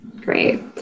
Great